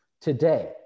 today